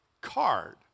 Card